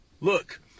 Look